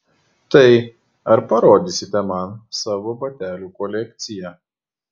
tai ar parodysite man savo batelių kolekciją